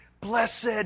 blessed